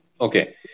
Okay